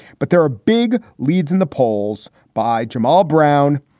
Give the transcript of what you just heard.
but there are big leads in the polls by jamal brown,